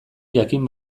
jakin